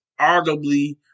arguably